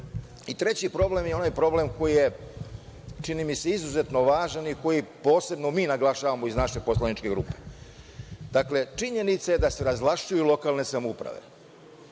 problem je onaj problem koji je izuzetno važan, a koji posebno mi naglašavamo iz naše poslaničke grupe. Činjenica je da se razvlašćuju lokalne samouprave.